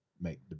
make